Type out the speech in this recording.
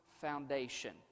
foundation